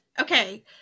Okay